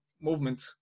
movement